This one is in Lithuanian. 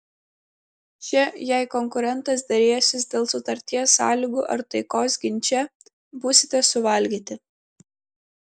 čia jei konkurentas derėsis dėl sutarties sąlygų ar taikos ginče būsite suvalgyti